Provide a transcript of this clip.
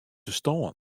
ferstân